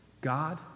God